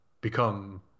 become